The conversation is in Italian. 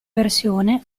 versione